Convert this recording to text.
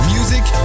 Music